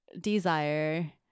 desire